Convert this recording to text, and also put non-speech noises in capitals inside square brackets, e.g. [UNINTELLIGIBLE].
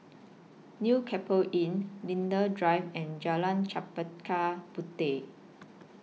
New [UNINTELLIGIBLE] Inn Linden Drive and Jalan Chempaka Puteh